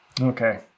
okay